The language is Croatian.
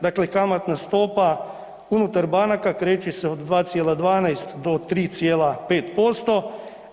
Dakle, kamatna stopa unutar banaka kreće se od 2,12 do 3,5%